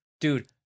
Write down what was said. Dude